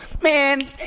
man